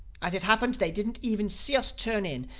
as it happened, they didn't even see us turn in,